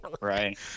Right